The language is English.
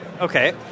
okay